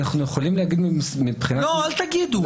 אנחנו יכולים להגיד מבחינת --- לא, אל תגידו.